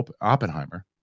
oppenheimer